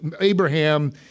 Abraham